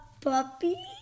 puppy